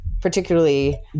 particularly